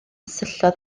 syllodd